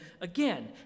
again